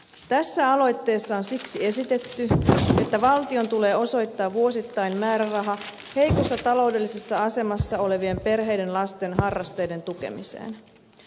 tässä aloitteessa on siksi esitetty että valtion tulee osoittaa vuosittain määräraha heikossa taloudellisessa asemassa olevien perheiden lasten harrasteiden tukemiseen